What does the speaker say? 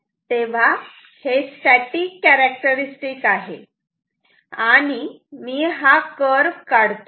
तेव्हा हे static characteristics आहे आणि मी हा कर्व काढतो